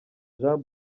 jean